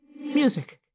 music